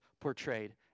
portrayed